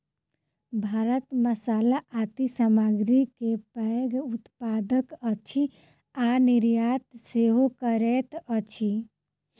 भारत मसाला आदि सामग्री के पैघ उत्पादक अछि आ निर्यात सेहो करैत अछि